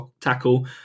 tackle